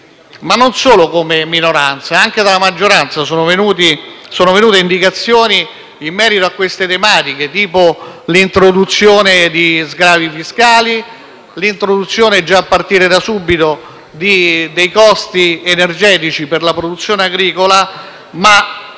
non solo come minoranza, ma anche dalla maggioranza sono venute indicazioni in merito a tematiche quali l'introduzione di sgravi fiscali, la riduzione - a partire da subito - dei costi energetici per la produzione agricola.